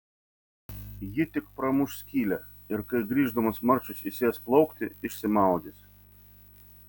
ji tik pramuš skylę ir kai grįždamas marčius įsės plaukti išsimaudys